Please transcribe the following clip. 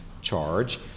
charge